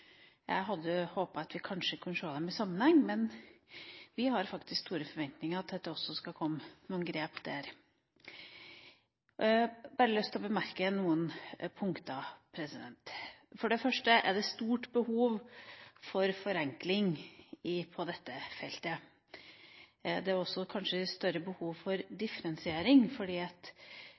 Jeg hadde håpet at vi kanskje kunne sett dem i sammenheng, men vi har faktisk store forventninger til at det også skal komme noen grep der. Jeg har bare lyst til å bemerke noen punkter. For det første er det stort behov for forenkling på dette feltet. Det er kanskje større behov for differensiering. Det er mulig at